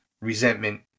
resentment